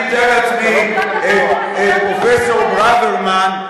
אני מתאר לעצמי את פרופסור ברוורמן,